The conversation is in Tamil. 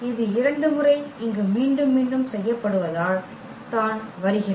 இது 2 முறை இங்கு மீண்டும் மீண்டும் செய்யப்படுவதால் தான் வருகிறது